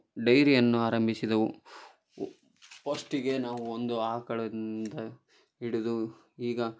ಡೈರಿಯನ್ನು ಆರಂಭಿಸಿದವು ಪಸ್ಟಿಗೆ ನಾವು ಒಂದು ಆಕಳಿಂದ ಹಿಡಿದು ಈಗ